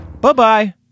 Bye-bye